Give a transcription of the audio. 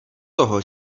toho